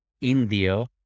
India